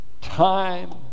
time